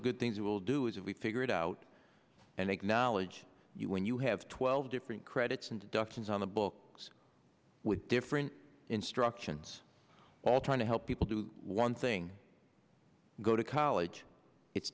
the good things will do is if we figure it out and make knowledge you when you have twelve different credits and deductions on the books with different instructions all trying to help people do on thing go to college it's